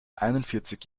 einundvierzig